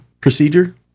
procedure